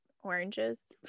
oranges